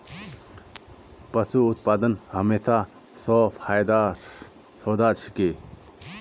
पशू उत्पादन हमेशा स फायदार सौदा छिके